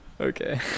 Okay